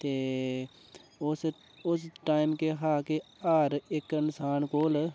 ते उस उस टाइम केह हा कि हर इक इन्सान कोल